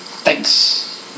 Thanks